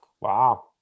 Wow